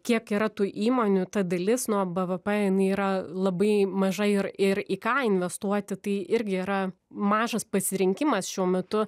kiek yra tų įmonių ta dalis nuo bvp jinai yra labai maža ir ir į ką investuoti tai irgi yra mažas pasirinkimas šiuo metu